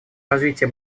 развития